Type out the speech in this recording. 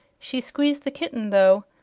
she squeezed the kitten, though,